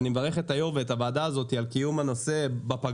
ואני מברך את היושב-ראש ואת הוועדה הזאת על קיום הדיון בפגרה,